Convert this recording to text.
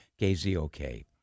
KZOK